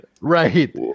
Right